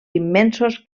immensos